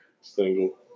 single